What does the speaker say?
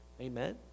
Amen